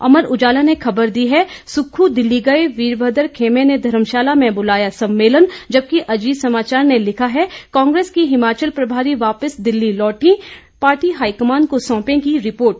अमर उजाला ने खबर दी है सुक्खू दिल्ली गए वीरभद्र खेमे ने धर्मशाला में बुलाया सम्मेलन जबकि अजीत समाचार ने लिखा है कांग्रेस की हिमाचल प्रभारी वापिस दिल्ली लौंटीं पार्टी हाईकमान को सौंपेगी रिपोर्ट